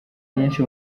nyinshi